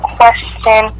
question